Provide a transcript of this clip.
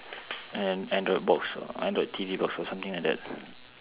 an android box or android T_V box or something like that